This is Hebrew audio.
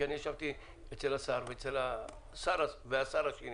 כי אני ישבתי אצל השר ואצל השר השני,